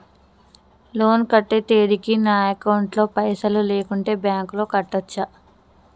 Loan కట్టే తేదీకి నా అకౌంట్ లో పైసలు లేకుంటే బ్యాంకులో కట్టచ్చా?